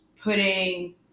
putting